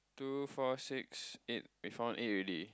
two four six eight we found eight already